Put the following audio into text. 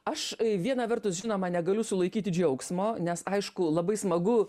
aš viena vertus žinoma negaliu sulaikyti džiaugsmo nes aišku labai smagu